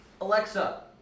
Alexa